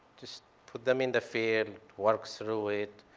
just put them in the field, work through it.